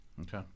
Okay